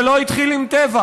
זה לא התחיל עם טבע,